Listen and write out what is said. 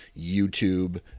YouTube